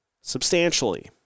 substantially